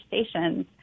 stations